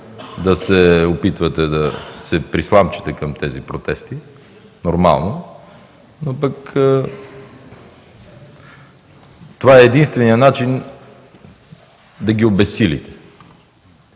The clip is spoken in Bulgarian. да се опитвате да се присламчите към тези протести. Нормално е, но това е единственият начин да ги обезсилите.